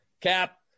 Cap